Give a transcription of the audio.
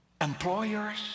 employers